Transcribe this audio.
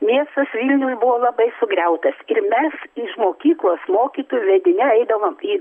miestas vilniuj buvo labai sugriautas ir mes iš mokyklos mokytojų vedini eidavom į